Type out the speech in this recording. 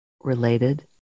related